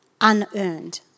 unearned